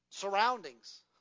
surroundings